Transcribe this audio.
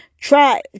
Try